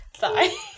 Bye